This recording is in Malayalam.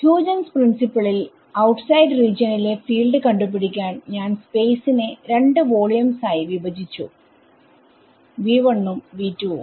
ഹ്യൂജെൻസ് പ്രിൻസിപ്പിൾHaugens principleൽ ഔട്ട്സൈഡ് റീജിയൻ ലെ ഫീൽഡ് കണ്ട് പിടിക്കാൻ ഞാൻ സ്പേസ് നെ രണ്ട് വോളിയസ് ആയി വിഭജിച്ചു ഉം ഉം